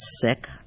sick